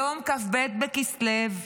היום כ"ב בכסלו,